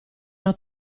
una